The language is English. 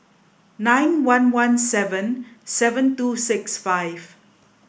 nine one one seven seven two six five